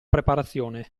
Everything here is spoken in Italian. preparazione